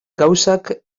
gauzek